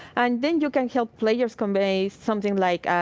and then you can help players convey something like,